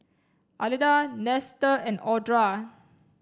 Alida Nestor and Audra